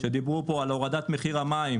למשל הורדת מחיר המים